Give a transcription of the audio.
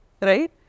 Right